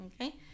okay